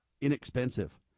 inexpensive